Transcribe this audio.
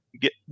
get